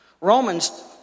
Romans